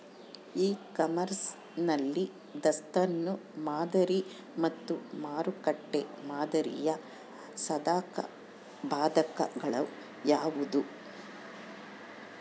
E commerce ನಲ್ಲಿ ದಾಸ್ತನು ಮಾದರಿ ಮತ್ತು ಮಾರುಕಟ್ಟೆ ಮಾದರಿಯ ಸಾಧಕಬಾಧಕಗಳು ಯಾವುವು?